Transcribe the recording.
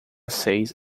seis